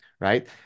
right